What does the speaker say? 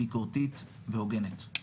ביקורתית והוגנת.